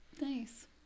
Nice